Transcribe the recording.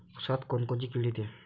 ऊसात कोनकोनची किड येते?